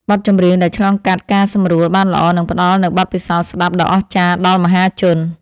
បទចម្រៀងដែលឆ្លងកាត់ការសម្រួលបានល្អនឹងផ្ដល់នូវបទពិសោធន៍ស្ដាប់ដ៏អស្ចារ្យដល់មហាជន។